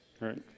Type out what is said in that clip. right